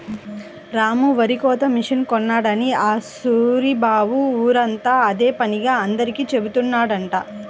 రాము వరికోత మిషన్ కొన్నాడని ఆ సూరిబాబు ఊరంతా అదే పనిగా అందరికీ జెబుతున్నాడంట